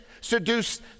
Seduced